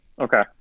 okay